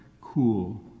cool